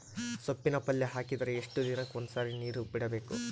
ಸೊಪ್ಪಿನ ಪಲ್ಯ ಹಾಕಿದರ ಎಷ್ಟು ದಿನಕ್ಕ ಒಂದ್ಸರಿ ನೀರು ಬಿಡಬೇಕು?